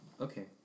Okay